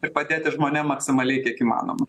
ir padėti žmonėm maksimaliai kiek įmanoma